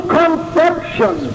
conception